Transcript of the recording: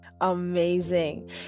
Amazing